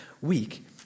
week